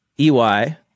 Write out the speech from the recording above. EY